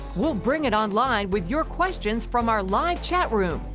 we'll bring it online with your questions from our live chat room,